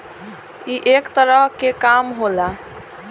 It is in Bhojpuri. ई एक तरह के काम होला